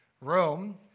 Rome